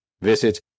Visit